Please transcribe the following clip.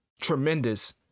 tremendous